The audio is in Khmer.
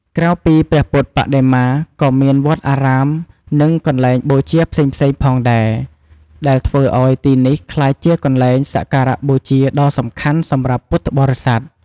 ក្រៅពីព្រះពុទ្ធបដិមា ក៏មានវត្តអារាមនិងកន្លែងបូជាផ្សេងៗផងដែរ ដែលធ្វើឲ្យទីនេះក្លាយជាកន្លែងសក្ការបូជាដ៏សំខាន់សម្រាប់ពុទ្ធបរិស័ទ។